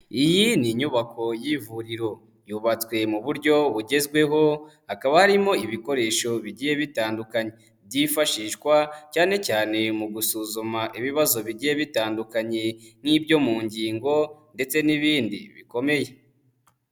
Iyi ni inyubako y'ivuriro yubatswe mu buryo bugezweho, hakaba harimo ibikoresho bigiye bitandukanye byifashishwa cyane cyane mu gusuzuma ibibazo bigiye bitandukanye nk'ibyo mu ngingo ndetse n'ibindi bikomeye.